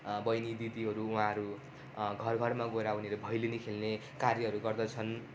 बहिनी दिदीहरू उहाहरू घर घरमा गएर उनीहरू भैलेनी खेल्ने कार्यहरू गर्दछन्